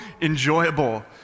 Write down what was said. enjoyable